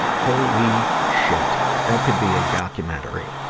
holy shit! that could be a documentary.